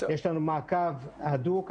יש לנו מעקב הדוק,